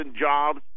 jobs